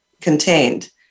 contained